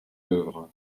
œuvres